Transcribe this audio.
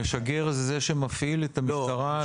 המשגר הוא זה שמפעיל את המשטרה?